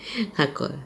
他过了